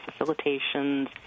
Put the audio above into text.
facilitations